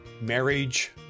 Marriage